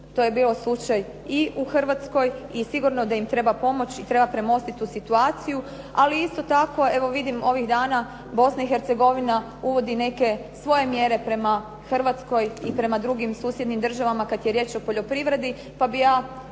to je bio slučaj i u Hrvatskoj i sigurno da im treba pomoć, treba premostiti tu situaciju. Ali isto tako evo vidim ovih dana Bosna i Hercegovina uvodi neke svoje mjere prema Hrvatskoj i prema drugim susjednim državama kada je riječ o poljoprivredi pa bih ja